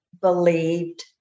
believed